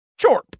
Chorp